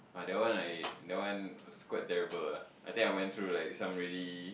ah that one I that one it's quite terrible ah I think I went through like some really